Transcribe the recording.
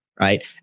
Right